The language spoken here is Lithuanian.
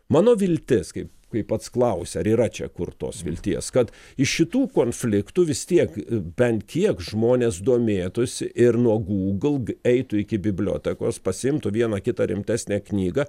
mano viltis kai kai pats klausi ar yra čia kur tos vilties kad iš šitų konfliktų vis tiek bent kiek žmonės domėtųsi ir nuo google eitų iki bibliotekos pasiimtų vieną kitą rimtesnę knygą